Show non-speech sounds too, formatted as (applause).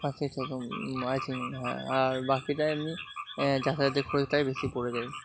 পাঁচ থেকে ছশো (unintelligible) আর বাকিটা এমনি যাতায়াতের খরচটাই বেশি পড়ে যায়